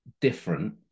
different